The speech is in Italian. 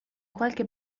qualche